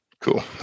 Cool